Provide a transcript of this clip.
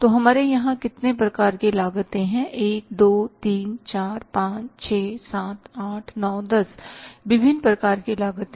तो हमारे यहाँ कितने प्रकार की लागतें हैं 1 2 3 4 5 6 7 8 9 10 विभिन्न प्रकार की लागतें